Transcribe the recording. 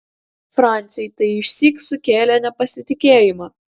franciui tai išsyk sukėlė nepasitikėjimą